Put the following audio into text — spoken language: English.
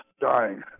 dying